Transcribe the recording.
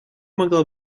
могла